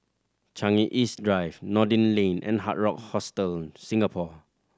Changi East Drive Noordin Lane and Hard Rock Hostel Singapore